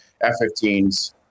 F-15s